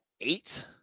eight